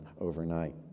overnight